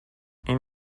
این